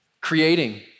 Creating